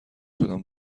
شدم